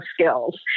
skills